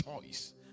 choice